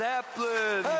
Zeppelin